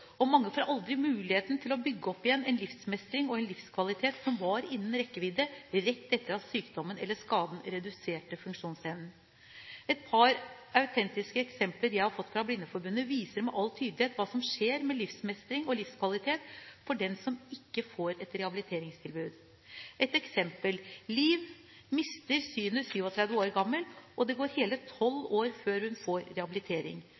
og mange får aldri muligheten til å bygge opp igjen en livsmestring og en livskvalitet som var innen rekkevidde rett etter at sykdommen eller skaden reduserte funksjonsevnen. Et par autentiske eksempler jeg har fått fra Blindeforbundet, viser med all tydelighet hva som skjer med livsmestring og livskvalitet for den som ikke får et rehabiliteringstilbud. Ett eksempel: Liv mister synet 37 år gammel, og det går hele tolv år før hun får rehabilitering.